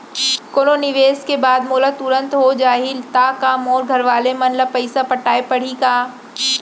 कोनो निवेश के बाद मोला तुरंत हो जाही ता का मोर घरवाले मन ला पइसा पटाय पड़ही का?